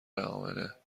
امنه